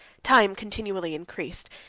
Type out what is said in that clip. time continually increased,